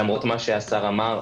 למרות מה שהשר אמר,